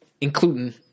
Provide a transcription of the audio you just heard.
including